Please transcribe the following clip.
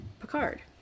Picard